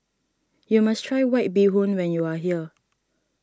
you must try White Bee Hoon when you are here